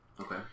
Okay